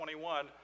21